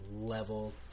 level